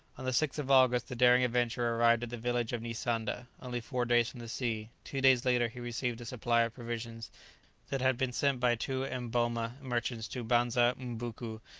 on the sixth of august the daring adventurer arrived at the village of ni sanda, only four days from the sea two days later he received a supply of provisions that had been sent by two emboma merchants to banza m'buko,